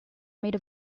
made